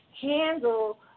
handle